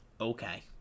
okay